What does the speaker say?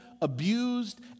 abused